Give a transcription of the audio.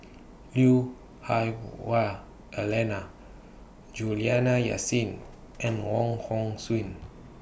Lui Hah Wah Elena Juliana Yasin and Wong Hong Suen